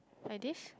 like this